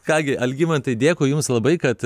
ką gi algimantai dėkui jums labai kad